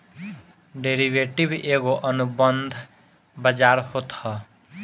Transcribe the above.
derivative एगो अनुबंध बाजार होत हअ